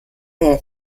her